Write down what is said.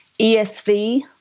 ESV